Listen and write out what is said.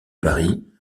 paris